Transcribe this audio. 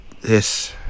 This